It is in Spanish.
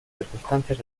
circunstancias